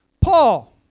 Paul